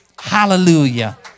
hallelujah